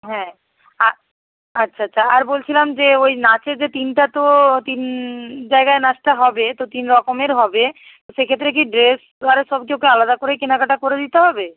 হ্যাঁ আচ্ছা আচ্ছা আচ্ছা আর বলছিলাম যে ওই নাচে যে তিনটা তো তিন জায়গায় নাচটা হবে তো তিন রকমের হবে সেক্ষেত্রে কি ড্রেস আরে সব কি ওকে আলাদা করেই কেনাকাটা করে দিতে হবে